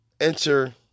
enter